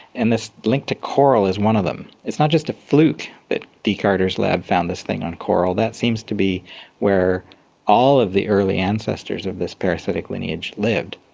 and this link to coral is one of them. it's not just a fluke that dee carter's lab found this thing on coral, that seems to be where all of the early ancestors of this parasitic lineage lived.